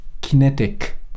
kinetic